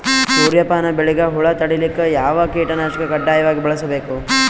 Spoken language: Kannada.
ಸೂರ್ಯಪಾನ ಬೆಳಿಗ ಹುಳ ತಡಿಲಿಕ ಯಾವ ಕೀಟನಾಶಕ ಕಡ್ಡಾಯವಾಗಿ ಬಳಸಬೇಕು?